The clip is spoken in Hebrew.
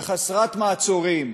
וחסרת מעצורים,